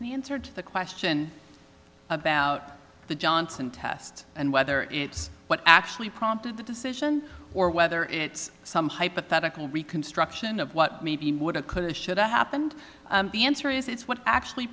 in the answer to the question about the johnson test and whether it's what actually prompted the decision or whether it's some hypothetical reconstruction of what maybe woulda coulda shoulda happened the answer is it's what actually